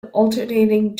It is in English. alternating